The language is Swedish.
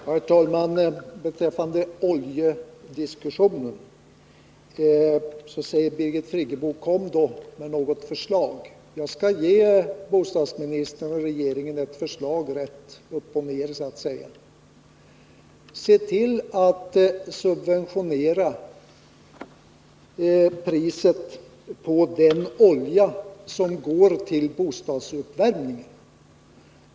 Herr talman! Beträffande oljediskussionen säger Birgit Friggebo: Kom då med något förslag! Jag skall ge bostadsministern och regeringen ett förslag: Subventionera priset på den olja som går till bostadsuppvärmning!